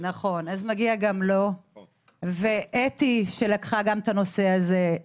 מגיע גם לחיים, ואתי שלקחה את הנושא הזה,